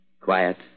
Quiet